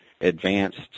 advanced